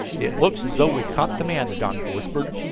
it looks as though we'd caught the man, the doctor whispered.